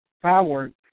fireworks